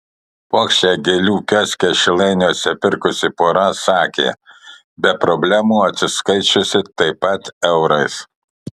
puokštę gėlių kioske šilainiuose pirkusi pora sakė be problemų atsiskaičiusi taip pat eurais